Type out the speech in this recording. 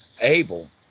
able